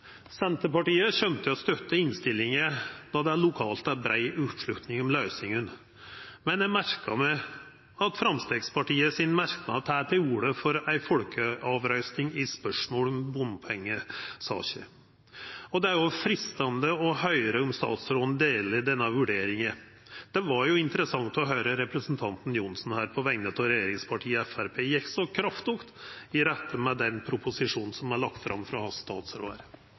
Senterpartiet kjem til å støtta innstillinga, då det lokalt er brei oppslutnad om løysingane, men eg merkar meg at Framstegspartiet i sin merknad tek til orde for ei folkerøysting i spørsmålet om bompengesaker. Det er freistande å høyra om òg statsråden deler denne vurderinga. Det var jo interessant å høyra representanten Johnsen, på vegner av regjeringspartiet Framstegspartiet, gå så kraftig i rette med proposisjonen som er lagd fram